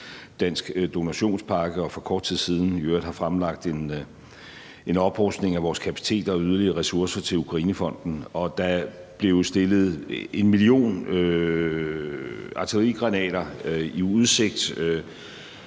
dansk donationspakke og for kort tid siden i øvrigt har fremlagt en oprustning af vores kapacitet og yderligere ressourcer til Ukrainefonden. Der blev jo stillet en million artillerigranater i udsigt